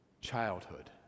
childhood